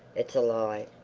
it's a lie!